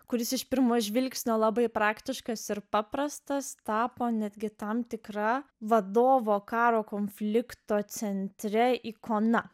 kuris iš pirmo žvilgsnio labai praktiškas ir paprastas tapo netgi tam tikra vadovo karo konflikto centre ikona